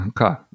Okay